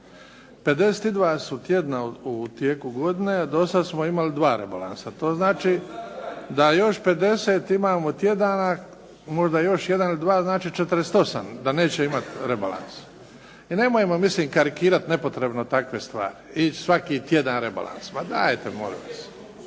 52 tjedna su u tijeku godine. Do sada smo imali dva rebalansa. To znači da imamo 50 tjedana možda jedan ili dva, znači da 48 neće imati rebalans. I nemojmo karikirati nepotrebno takve stvari. I svaki tjedan rebalans, pa dajte molim vas.